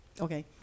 Okay